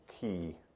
key